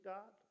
God